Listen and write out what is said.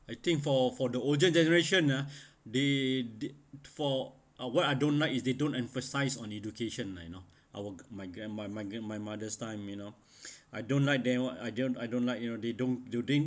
I think for for the older generation ah they did for uh what I don't like is they don't emphasize on education lah you know our my grand~ my grandma my mother's time you know I don't like them I don't I don't like you know they don't do they